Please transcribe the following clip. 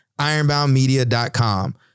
ironboundmedia.com